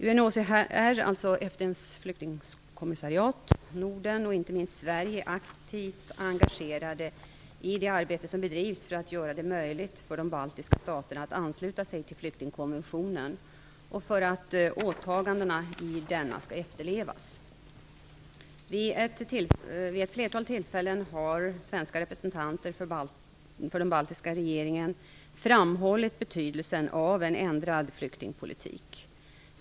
UNHCR, dvs. FN:s flyktingkommissariat, Norden och inte minst Sverige är aktivt engagerade i det arbete som bedrivs för att göra det möjligt för de baltiska staterna att ansluta sig till flyktingkonventionen och för att åtagandena i denna skall efterlevas. Vid ett flertal tillfällen har svenska representanter för den baltiska regeringen framhållit betydelsen av en ändrad flyktingpolitik.